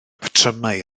patrymau